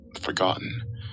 forgotten